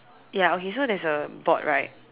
ya okay so there's a board right